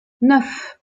neuf